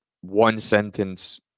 one-sentence